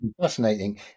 fascinating